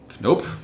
Nope